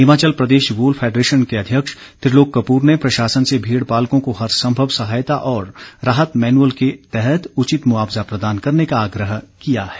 Himachal Pradesh wool federation के अध्यक्ष त्रिलोक कपूर ने प्रशासन से भेड़ पालकों को हर संभव सहायता और राहत मैनुअल के तहत उचित मुआवज़ा प्रदान करने का आग्रह किया है